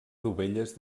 dovelles